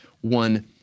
one